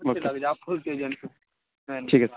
okay ٹھیک ہے